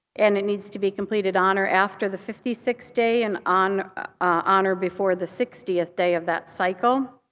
and it needs to be completed on or after the fifty sixth day, and on on or before the sixtieth day of that cycle.